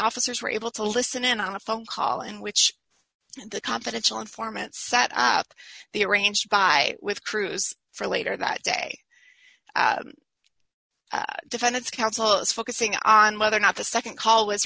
officers were able to listen in on a phone call in which the confidential informant set up the arranged by with cruise for later that day defendant's counsel is focusing on whether or not the nd call was